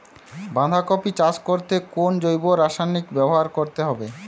বাঁধাকপি চাষ করতে কোন জৈব রাসায়নিক ব্যবহার করতে হবে?